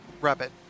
rabbit